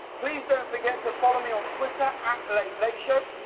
please don't forget to follow me on twitter at late late show.